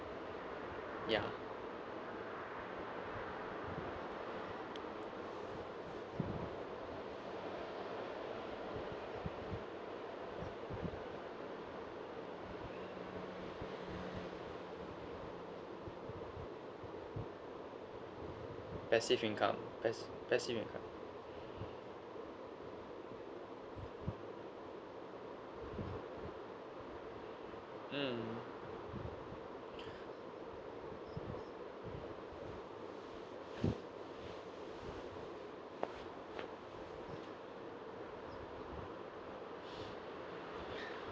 ya passive income pass~ passive income mm